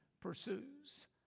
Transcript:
pursues